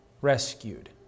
Rescued